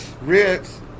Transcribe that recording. Ritz